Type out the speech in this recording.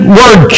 word